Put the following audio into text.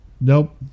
nope